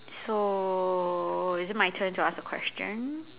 so is it my turn to ask a question